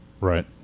Right